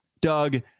Doug